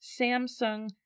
Samsung